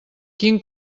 quin